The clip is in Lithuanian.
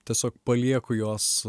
tiesiog palieku juos